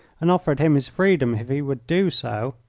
and offered him his freedom if he would do so.